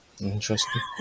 Interesting